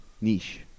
niche